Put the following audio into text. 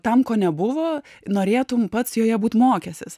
tam ko nebuvo norėtum pats joje būt mokęsis